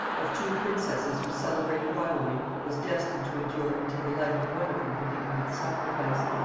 of two princesses whose celebrated rivalry was destined to endure until the life of one of them had become its sacrifice!